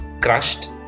crushed